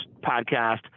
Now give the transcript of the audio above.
podcast